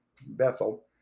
Bethel